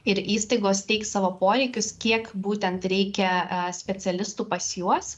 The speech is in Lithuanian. ir įstaigos teiks savo poreikius kiek būtent reikia specialistų pas juos